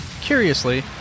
Curiously